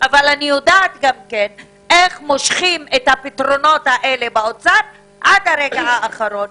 אבל אני יודעת איך מושכים את הפתרונות האלה באוצר עד הרגע האחרון.